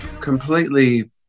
completely